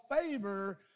favor